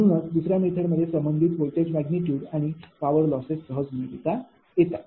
म्हणूनच दुसऱ्या मेथड मध्ये संबंधित व्होल्टेज मॅग्निट्यूड आणि पावर लॉसेस सहज मिळवता येतात